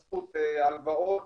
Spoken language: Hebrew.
דמי חסות, הלוואות